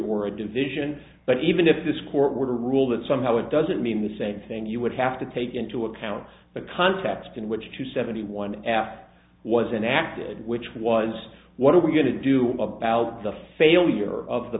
or a division but even if this court were to rule that somehow it doesn't mean the same thing you would have to take into account the context in which two seventy one f was enacted which was what are we going to do about the failure of the